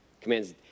Commands